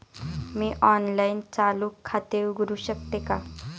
मी online चालू खाते उघडू शकते का?